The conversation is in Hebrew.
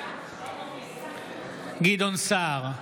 גדעון סער,